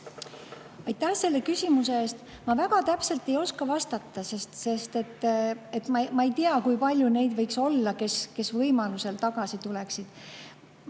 Aitäh selle küsimuse eest! Ma väga täpselt ei oska vastata, sest ma ei tea, kui palju võiks olla neid, kes võimaluse korral tagasi tuleksid.